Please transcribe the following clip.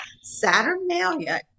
Saturnalia